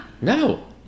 No